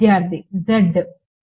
విద్యార్థి z